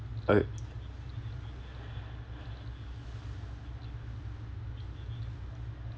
oh